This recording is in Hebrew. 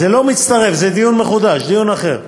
זה לא מצטרף, זה דיון מחודש, דיון אחר.